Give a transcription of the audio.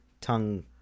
tongue